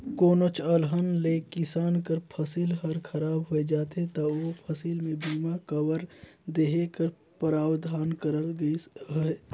कोनोच अलहन ले किसान कर फसिल हर खराब होए जाथे ता ओ फसिल में बीमा कवर देहे कर परावधान करल गइस अहे